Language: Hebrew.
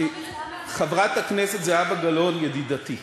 חברת הכנסת זהבה גלאון, ידידתי,